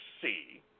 see